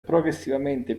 progressivamente